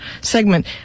segment